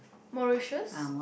Mauritius